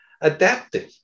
adaptive